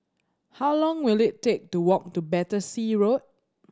how long will it take to walk to Battersea Road